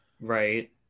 right